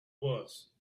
was